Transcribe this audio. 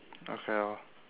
okay lor